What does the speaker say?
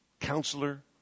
counselor